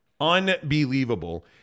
Unbelievable